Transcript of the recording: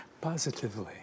positively